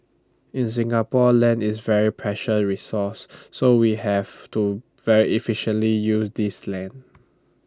in Singapore land is A very precious resource so we have to very efficiently use this land